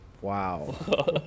Wow